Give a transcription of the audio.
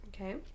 okay